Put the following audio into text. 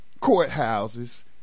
courthouses